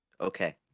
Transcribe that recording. Okay